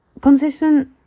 consistent